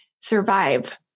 survive